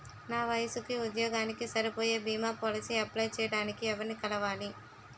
నా వయసుకి, ఉద్యోగానికి సరిపోయే భీమా పోలసీ అప్లయ్ చేయటానికి ఎవరిని కలవాలి?